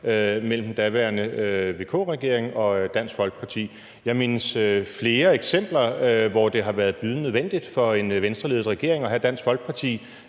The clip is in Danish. mellem den daværende VK-regering og Dansk Folkeparti. Jeg mindes flere eksempler, hvor det har været bydende nødvendigt for en Venstreledet regering at have Dansk Folkeparti